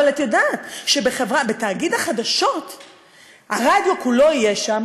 אבל את יודעת שבתאגיד החדשות הרדיו כולו יהיה שם,